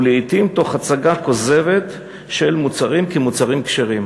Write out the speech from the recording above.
ולעתים בהצגה כוזבת של מוצרים כמוצרים כשרים.